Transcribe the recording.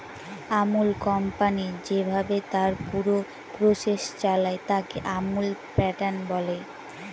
Amul company যেভাবে তার পুরো প্রসেস চালায়, তাকে আমুল প্যাটার্ন বলে